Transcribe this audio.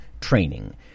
training